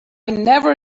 never